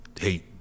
hey